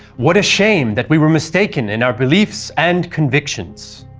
what a shame that we were mistaken in our beliefs and convictions!